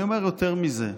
אני אומר יותר מזה,